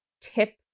tip